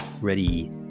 Ready